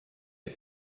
les